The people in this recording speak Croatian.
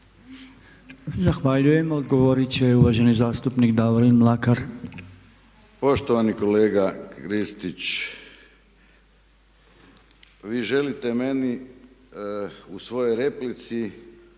Zahvaljujem. Odgovorit će uvaženi zastupnik Davorin Mlakar. **Mlakar, Davorin (HDZ)** Poštovani kolega Kristić vi želite meni u svojoj replici